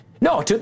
No